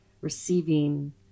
receiving